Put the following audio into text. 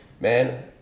man